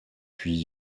puis